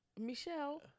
Michelle